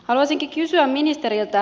haluaisinkin kysyä ministeriltä